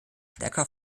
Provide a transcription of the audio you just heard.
stärker